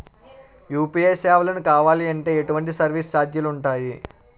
UPI సేవలను కావాలి అంటే ఎటువంటి సర్విస్ ఛార్జీలు ఉంటాయి?